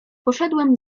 poszedłem